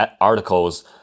articles